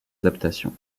adaptation